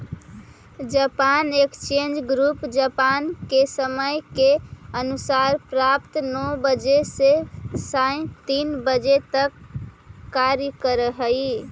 Japan exchange group Japan के समय के अनुसार प्रातः नौ बजे से सायं तीन बजे तक कार्य करऽ हइ